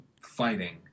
fighting